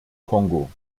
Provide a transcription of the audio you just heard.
kongo